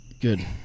Good